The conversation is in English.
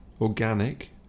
organic